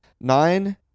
Nine